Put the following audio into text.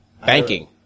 banking